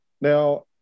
Now